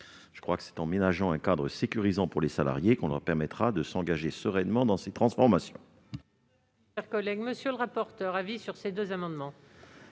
À mon sens, c'est en ménageant un cadre sécurisant pour les salariés qu'on leur permettra de s'engager sereinement dans ces transformations.